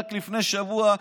רק לפני שבוע,